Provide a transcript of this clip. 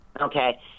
Okay